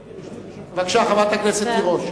בבקשה, חברת הכנסת תירוש.